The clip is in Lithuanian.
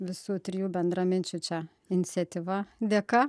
visų trijų bendraminčių čia iniciatyva dėka